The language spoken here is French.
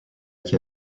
qui